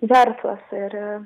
verslas ir